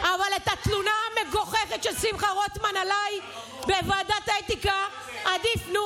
אבל את התלונה המגוחכת של שמחה רוטמן עליי בוועדת האתיקה עדיף,